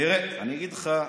תראה, אני אגיד לך,